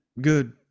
good